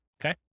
Okay